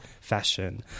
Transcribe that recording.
fashion